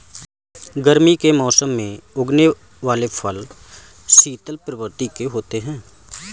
गर्मी के मौसम में उगने वाले यह फल शीतल प्रवृत्ति के होते हैं